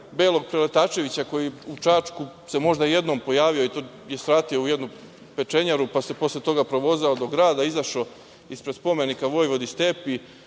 Belog Preletačevića, koji se u Čačku možda jednom pojavio i to je svratio u jednu pečenjaru, pa se posle toga provozao do grada, izašao ispred Spomenika Vojvodi Stepi.